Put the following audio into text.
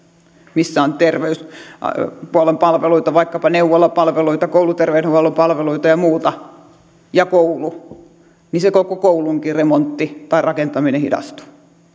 missä on terveyshuollon palveluita vaikkapa neuvolapalveluita kouluterveydenhuollon palveluita ja muuta ja koulu niin se koko koulunkin remontti tai rakentaminen hidastuu